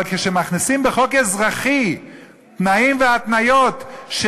אבל כשמכניסים לחוק אזרחי תנאים והתניות,